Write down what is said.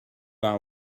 are